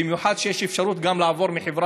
במיוחד מכיוון שיש גם אפשרות לעבור מחברה